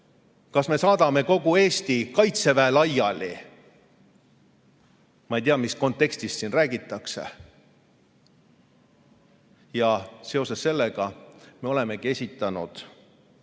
Kas me saadame kogu Eesti Kaitseväe laiali?! Ma ei tea, mis kontekstist siin räägitakse. Seoses sellega me olemegi esitanud